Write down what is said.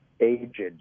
aged